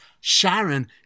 Sharon